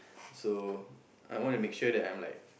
so I want to make sure that I'm like